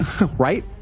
Right